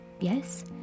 Yes